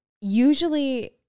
usually